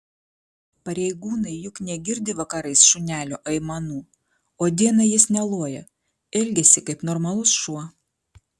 pareigūnai juk negirdi vakarais šunelio aimanų o dieną jis neloja elgiasi kaip normalus šuo